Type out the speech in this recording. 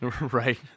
Right